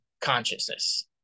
consciousness